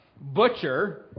Butcher